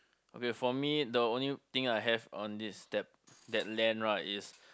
okay for me the only thing I have on this that that land right is